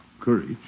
Courage